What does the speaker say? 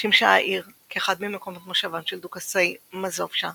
שימשה העיר כאחד ממקומות מושבם של דוכסי מאזובשה